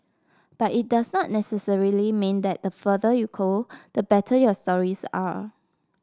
but it doesn't necessarily mean that the farther you go the better your stories are